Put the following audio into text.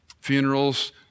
Funerals